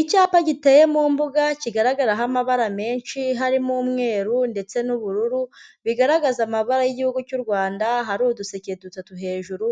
Icyapa giteye mu mbuga kigaragaraho amabara menshi harimo umweru ndetse n'ubururu bigaragaza amabara y'igihugu cy'u Rwanda hari uduseke dutatu hejuru